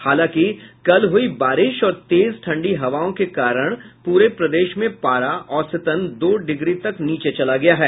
हालांकि कल हुयी बारिश और तेज ठंडी हवाओं के कारण प्रे प्रदेश में पारा औसतन दो डिग्री तक नीचे चला गया है